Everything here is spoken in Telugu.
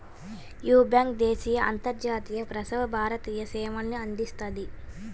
యీ బ్యేంకు దేశీయ, అంతర్జాతీయ, ప్రవాస భారతీయ సేవల్ని అందిస్తది